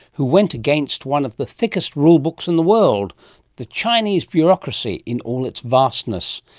who went against one of the thickest rule books in the world the chinese bureaucracy, in all its vastness.